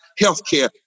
healthcare